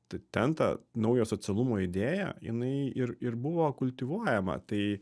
tai ten ta naujo socialumo idėja jinai ir ir buvo kultivuojama tai